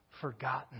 forgotten